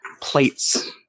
plates